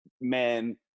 men